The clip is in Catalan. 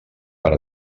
per